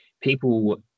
people